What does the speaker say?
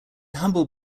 humble